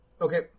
Okay